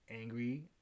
angry